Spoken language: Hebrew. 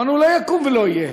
אמרנו, לא יקום ולא יהיה.